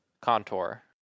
Contour